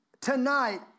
Tonight